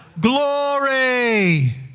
Glory